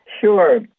Sure